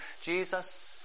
Jesus